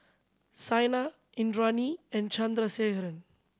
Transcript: Saina Indranee and Chandrasekaran